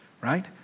right